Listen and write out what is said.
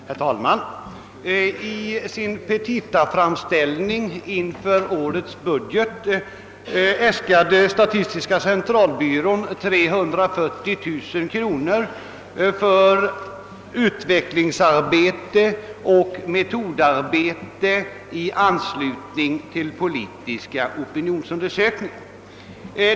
Herr talman! I sin petitaframställning inför årets budget äskade statistiska centralbyrån 340 000 kronor för utvecklingsarbete och metodarbete i anslutning till politiska opinionsundersökningar.